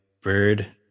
bird